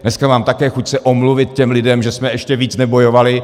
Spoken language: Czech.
Dneska mám také chuť se omluvit těm lidem, že jsme ještě víc nebojovali.